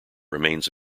remains